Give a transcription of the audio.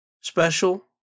special